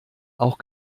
auch